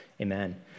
Amen